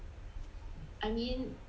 I mean